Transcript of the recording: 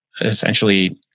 essentially